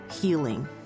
healing